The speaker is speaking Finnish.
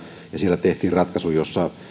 siellä tehtiin ratkaisu jossa